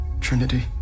Trinity